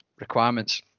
requirements